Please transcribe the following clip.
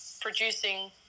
producing